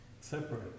separate